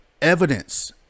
Evidence